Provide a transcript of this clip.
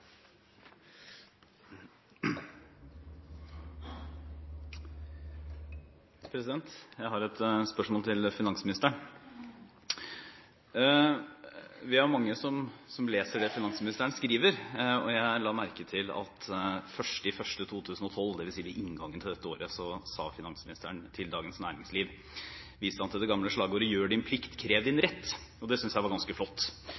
Jeg har et spørsmål til finansministeren. Vi er mange som leser det finansministeren skriver. Jeg la merke til at finansministeren 1. januar i år, dvs. ved inngangen til dette året, i Dagens Næringsliv viste til det gamle slagordet: Gjør din plikt, krev din rett. Det syntes jeg var ganske flott.